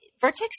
Vertex